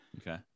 Okay